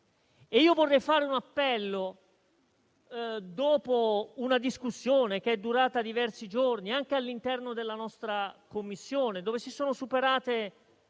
Vorrei fare un appello, dopo una discussione durata diversi giorni all'interno della nostra Commissione, dove si sono superate